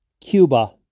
Cuba